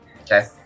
Okay